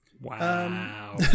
wow